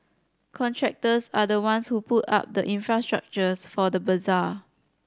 contractors are the ones who put up the infrastructure for the bazaar